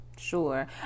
sure